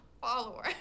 follower